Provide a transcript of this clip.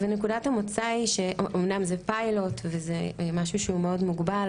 נקודת המוצא אומנם זה פיילוט וזה משהו שהוא מאוד מוגבל,